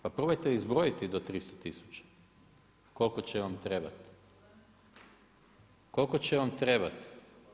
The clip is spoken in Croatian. Pa probajte ih zbrojiti do 300 tisuća, koliko će vam trebati, koliko će vam trebati?